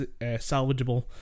salvageable